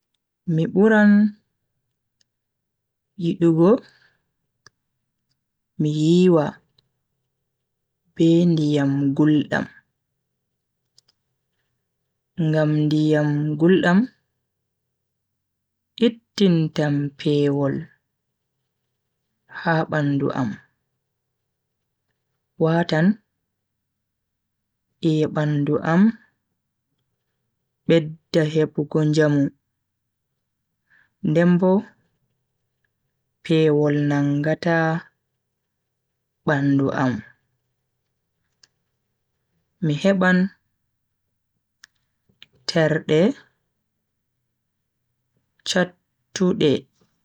Mi buran yidugo mi yiwa be ndiyam guldam. ngam ndiyam guldum ittintam pewol ha bandu am, watan iye bandu am bedda hebugo njamu den Bo pewol nangata bandu am. mi heban terde chattude.